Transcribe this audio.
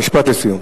משפט לסיום.